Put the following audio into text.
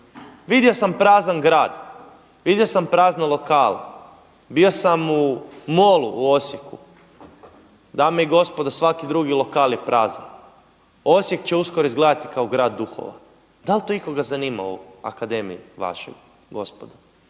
vidio sam prazan grad, vidio sam prazne lokale, bio sam u Mallu u Osijeku dame i gospodo svaki drugi lokal je prazan. Osijek će uskoro izgledati kao grad duhova. Da li to ikoga zanima u akademiji vašoj gospodo?